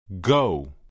Go